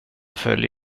följ